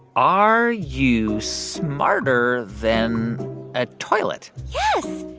are you smarter than a toilet? yes.